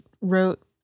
wrote